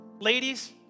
ladies